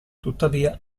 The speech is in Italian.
tuttavia